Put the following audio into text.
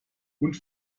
und